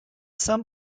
some